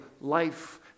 life